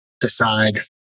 decide